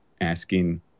asking